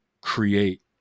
create